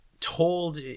told